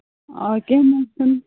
آ کیٚنٛہہ نہَ حظ چھُنہٕ